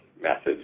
methods